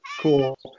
Cool